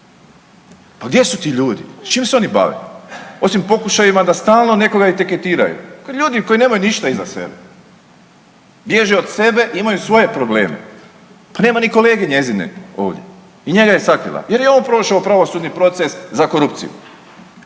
Pa gdje su ti ljudi, s čim se oni bave osim pokušajima da stalno nekoga etiketiraju, ljudi koji nemaju ništa iza sebe, bježe od sebe i imaju svoje probleme pa nema ni kolege njezine ovdje i njega je sakrila jer je on prošao pravosudni proces za korupciju.